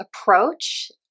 approach